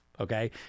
okay